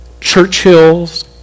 Churchill's